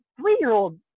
Three-year-old